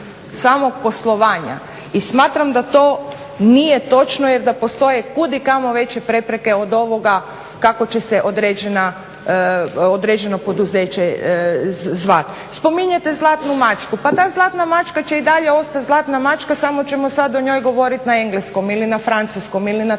samog poslovanja i smatram da to nije točno jer da postoje kudikamo veće prepreke od ovoga kako će se određeno poduzeće zvati. Spominjete "Zlatnu mačku", pa ta "Zlatna mačka" će i dalje ostati "Zlatna mačka" samo ćemo sad o njoj govoriti na engleskom ili na francuskom ili na talijanskom